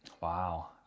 Wow